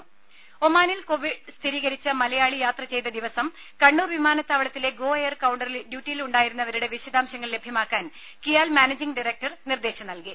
ടെട്ട ഒമാനിൽ കോവിഡ് സ്ഥിരീകരിച്ച മലയാളി യാത്ര ചെയ്ത ദിവസം കണ്ണൂർ വിമാനത്താവളത്തിലെ ഗോ എയർ കൌണ്ടറിൽ ഡ്യൂട്ടിയിൽ ഉണ്ടായിരുന്നവരുടെ വിശദാംശങ്ങൾ ലഭ്യമാക്കാൻ കിയാൽ മാനേജിങ്ഡയറക്ടർ നിർദ്ദേശം നൽകി